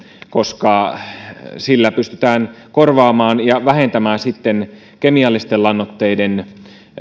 koska sillä pystytään korvaamaan ja vähentämään kemiallisten lannoitteiden